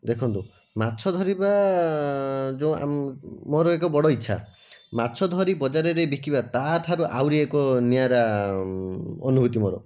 ଦେଖନ୍ତୁ ମାଛ ଧରିବା ମୋର ଏକ ବଡ଼ ଇଚ୍ଛା ମାଛ ଧରି ବଜାରରେ ବିକିବା ତାହାଠାରୁ ଆହୁରି ଏକ ନିଆରା ଅନୁଭୂତି ମୋର